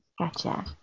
Gotcha